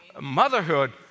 Motherhood